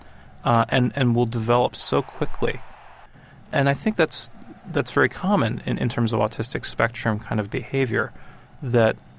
and and will develop so quickly and i think that's that's very common in in terms of autistic spectrum-kind of behavior that,